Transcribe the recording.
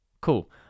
cool